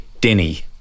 Denny